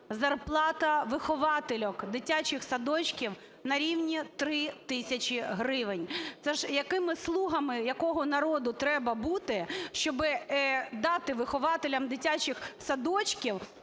зарплата вихователів дитячих садочків на рівні 3 тисячі гривень. Це ж якими слугами якого народу треба бути, щоб дати вихователям дитячих садочків